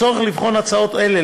הצורך לבחון הצעות אלה,